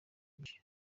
byinshi